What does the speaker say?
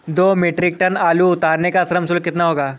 दो metric ton आलू उतारने का श्रम शुल्क कितना होगा?